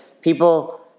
people